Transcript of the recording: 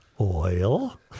oil